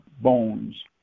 bones